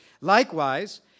Likewise